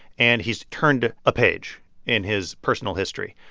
and he's turned a page in his personal history.